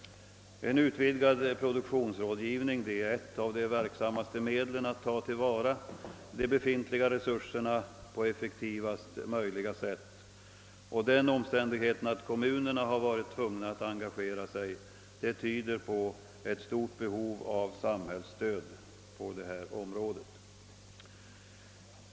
En utvidgad produktionsrådgivning är ett av de verksammaste medlen att ta till vara de befintliga resurserna på effektivast möjliga sätt, och den omständigheten att kommunerna varit tvungna att engagera sig tyder på ett stort behov av samhällsstöd på detta område.